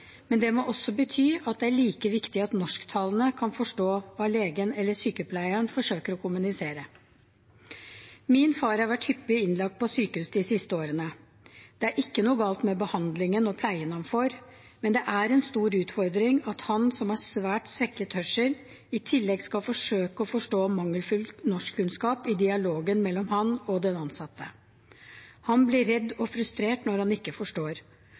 Men det må også bety at det er like viktig at norsktalende kan forstå hva legen eller sykepleieren forsøker å kommunisere. Min far har vært hyppig innlagt på sykehuset de siste årene. Det er ikke noe galt med behandlingen og pleien han får, men det er en stor utfordring at han, som har svært svekket hørsel, i tillegg skal forsøke å forstå mangelfull norskkunnskap i dialogen mellom ham og den ansatte. Han blir redd og frustrert når han ikke forstår,